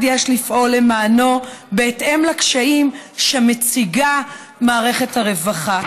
יש לפעול למענו בהתאם לקשיים שמציגה מערכת הרווחה.